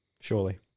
Surely